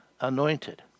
anointed